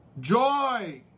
Joy